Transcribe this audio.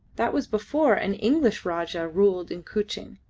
that was before an english rajah ruled in kuching.